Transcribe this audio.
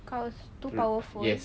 kaw is too powerful